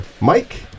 Mike